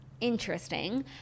interesting